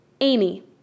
Amy